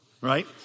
right